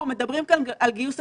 כולל להציע לממשלה סגרים